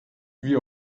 wie